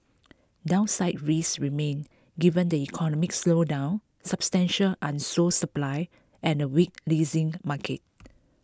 downside risks remain given the economic slowdown substantial unsold supply and a weak leasing market